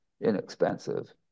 inexpensive